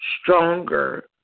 stronger